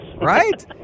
Right